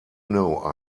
know